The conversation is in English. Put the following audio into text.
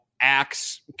acts